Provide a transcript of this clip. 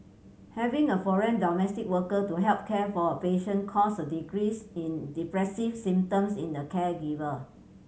having a foreign domestic worker to help care for a patient caused a decrease in depressive symptoms in the caregiver